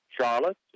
Charlotte